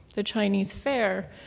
the chinese fair,